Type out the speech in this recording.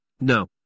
No